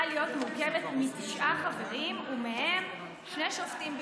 להיות מורכבת מתשעה חברים ומהם שני שופטים בלבד.